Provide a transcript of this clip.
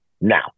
Now